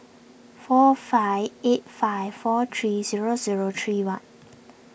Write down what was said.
four five eight five four three zero zero three one